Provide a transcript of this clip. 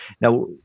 Now